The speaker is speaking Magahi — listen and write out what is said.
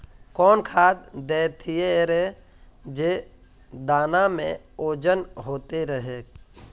कौन खाद देथियेरे जे दाना में ओजन होते रेह?